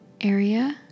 area